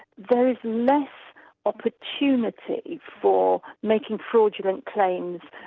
there's less opportunity for making fraudulent claims,